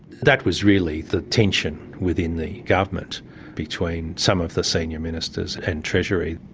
that was really the tension within the government between some of the senior ministers and treasury,